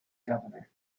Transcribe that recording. governor